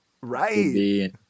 right